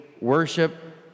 worship